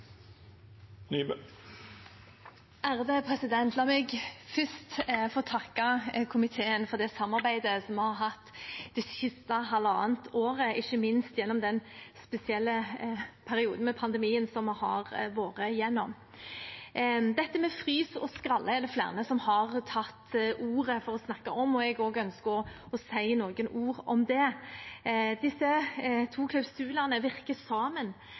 minst i den spesielle perioden med pandemien som vi har vært gjennom. Frys- og skralleklausulene er det flere som har tatt ordet for å snakke om. Jeg ønsker også å si noen ord om det. Disse to klausulene virker sammen